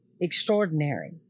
extraordinary